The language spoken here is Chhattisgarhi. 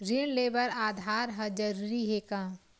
ऋण ले बर आधार ह जरूरी हे का?